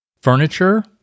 Furniture